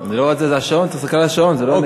זה השעון, צריך להסתכל על השעון, זה לא אני.